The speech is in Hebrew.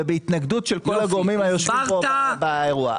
ובהתנגדות של כל הגורמים היושבים פה באירוע.